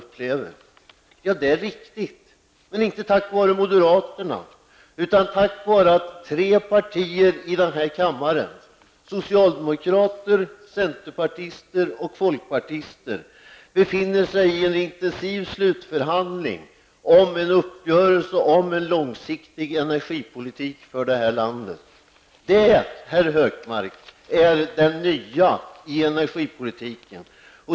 Men det är inte tack vare moderaterna, utan tack vare att tre partier i denna kammare -- socialdemokraterna, centerpartiet och folkpartiet -- befinner sig i en intensiv slutförhandling om en uppgörelse om en långsiktig energipolitik för detta land. Detta, herr Hökmark, är det nya i energipolitiken.